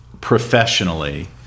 Professionally